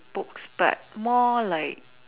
books but more like